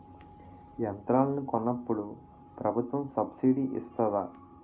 యంత్రాలను కొన్నప్పుడు ప్రభుత్వం సబ్ స్సిడీ ఇస్తాధా?